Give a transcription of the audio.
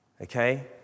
Okay